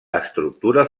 estructura